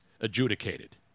adjudicated